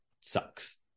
sucks